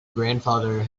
grandfather